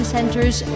Centers